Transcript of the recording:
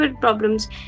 problems